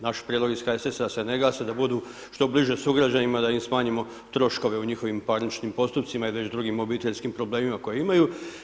Naš prijedlog iz HSS-a da se ne gase, da budu što bliže sugrađanima, da im smanjimo troškove u njihovim parničnim postupcima i već drugim obiteljskim problemima koje imaju.